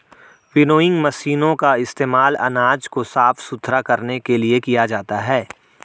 winnowing मशीनों का इस्तेमाल अनाज को साफ सुथरा करने के लिए किया जाता है